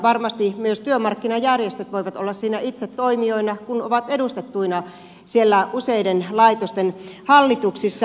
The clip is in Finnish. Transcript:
varmasti myös työmarkkinajärjestöt voivat olla siinä itse toimijoina kun ovat edustettuina siellä useiden laitosten hallituksissa